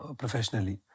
professionally